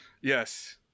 yes